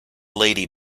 lady